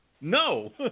No